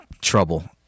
trouble